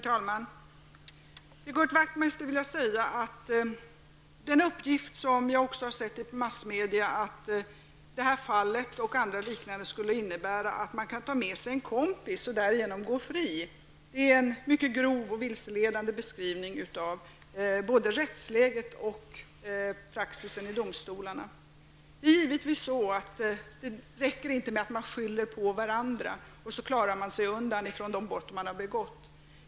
Herr talman! Till Knut Wachtmeister vill jag säga att den uppgift som jag också har sett i massmedia, när det gäller det här fallet och andra liknande, att man kan ta med sig en kompis och därigenom gå fri är en mycket grov och vilseledande beskrivning av både rättsläget och praxisen i domstolarna. Det är givetvis inte så att det räcker med att skylla på varandra för att man skall klara sig undan straff för de brott man har begått.